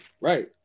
Right